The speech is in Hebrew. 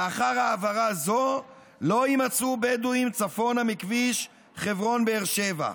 לאחר העברה זו לא יימצאו בדואים צפונה מכביש חברון באר שבע,